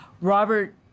Robert